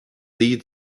lead